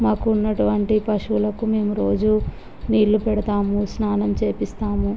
మాకు ఉన్నటువంటి పశువులకు మేము రోజూ నీళ్ళు పెడతాము స్నానం చెయ్యిస్తాము